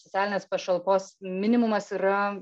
socialinės pašalpos minimumas yra